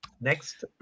Next